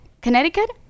connecticut